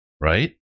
right